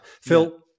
Phil